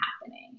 happening